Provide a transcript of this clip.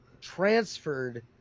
transferred